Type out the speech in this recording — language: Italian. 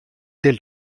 del